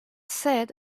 said